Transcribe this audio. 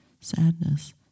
sadness